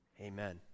Amen